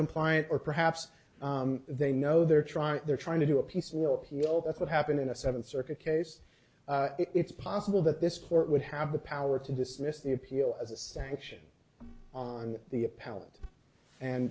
compliant or perhaps they know they're trying they're trying to do a piece for appeal that's what happened in a seventh circuit case it's possible that this court would have the power to dismiss the appeal as a sanction on the appellant and